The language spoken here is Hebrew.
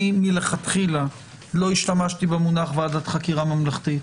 אני מלכתחילה לא השתמשתי במונח "ועדת חקירה ממלכתית".